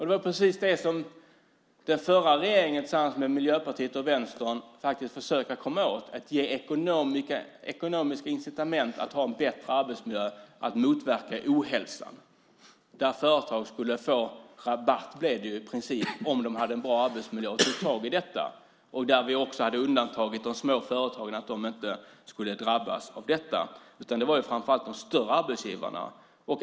Det var precis det som den förra regeringen tillsammans med Miljöpartiet och Vänstern försökte komma åt, nämligen att ge ekonomiska incitament för att ha en bättre arbetsmiljö och därigenom motverka ohälsa. Företag skulle i princip få rabatt om de hade en bra arbetsmiljö och tog tag i detta. Vi hade undantagit de små företagen så att det inte skulle drabbas av detta, utan de gällde framför allt de större arbetsgivarna.